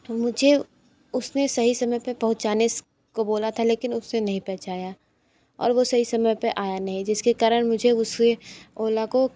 मुझे उसने सही समय पर पहुँचाने स को बोला था लेकिन उसने नहीं पहुँचाया और वह सही समय पर आया नहीं जिसके कारण मुझे उससे ओला को